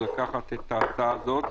לקחת את ההצעה הזאת,